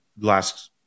last